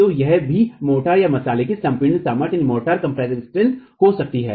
तो यह भी मोर्टारमसाले कि संपीडन सामर्थ्य हो सकती है